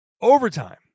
overtime